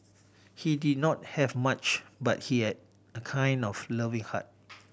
he did not have much but he had a kind of loving heart